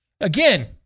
again